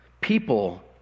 People